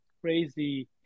crazy